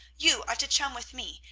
you are to chum with me,